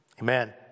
amen